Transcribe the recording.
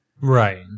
Right